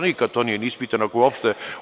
Nikada to nije ispitano uopšte.